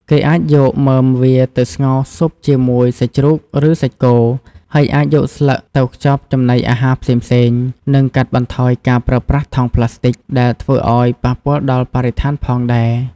គេអាចយកមើមវាទៅស្ងោរស៊ុបជាមួយសាច់ជ្រូក ឬសាច់គោ ហើយអាចយកស្លឹកទៅខ្ចប់ចំណីអាហារផ្សេងៗ និងកាត់បន្ថយការប្រើប្រាស់ថង់ប្លាស្ទិកដែលធ្វើឲ្យប៉ះពាល់ដល់បរិស្ថានផងដែរ ។